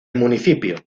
municipio